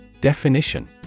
Definition